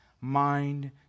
mind